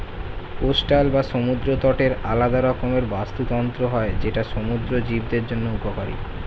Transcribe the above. coastal বা সমুদ্র তটের আলাদা রকমের বাস্তুতন্ত্র হয় যেটা সমুদ্র জীবদের জন্য উপকারী